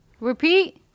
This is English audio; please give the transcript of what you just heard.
Repeat